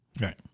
right